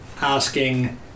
asking